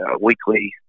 weekly